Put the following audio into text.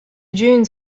dunes